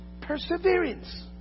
perseverance